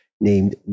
named